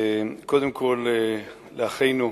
קודם כול לאחינו,